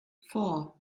four